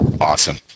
Awesome